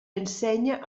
ensenya